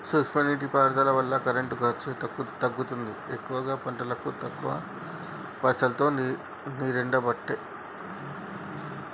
సూక్ష్మ నీటి పారుదల వల్ల కరెంటు ఖర్చు తగ్గుతుంది ఎక్కువ పంటలకు తక్కువ పైసలోతో నీరెండబట్టే